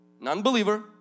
Non-believer